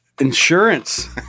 insurance